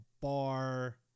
bar